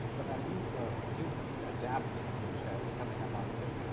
well now, you've you've adapted, which is something i wanted to,